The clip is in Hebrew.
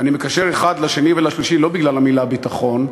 ואני מקשר אחד לשני ולשלישי לא בגלל המילה ביטחון,